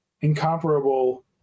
incomparable